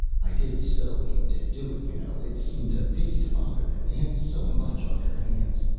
i did so hate to do it, you know it seemed a pity to bother them, they had so much on their hands.